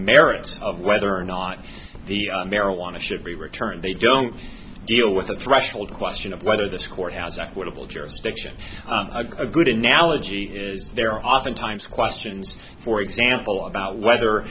merits of whether or not the marijuana should be returned they don't deal with the threshold question of whether this court has equitable jurisdiction a good analogy is there oftentimes questions for example about whether